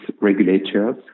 regulators